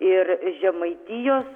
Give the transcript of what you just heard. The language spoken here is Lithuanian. ir žemaitijos